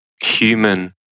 human